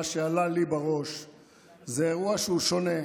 מה שעלה לי בראש זה אירוע שהוא שונה,